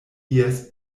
ies